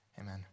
Amen